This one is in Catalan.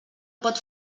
pot